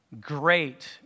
great